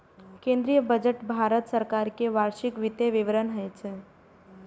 केंद्रीय बजट भारत सरकार के वार्षिक वित्तीय विवरण होइ छै